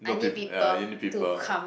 no p~ yeah you need people